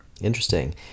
Interesting